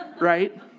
right